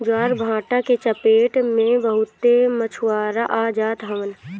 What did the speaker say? ज्वारभाटा के चपेट में बहुते मछुआरा आ जात हवन